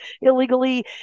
illegally